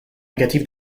négatif